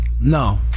No